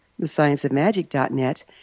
thescienceofmagic.net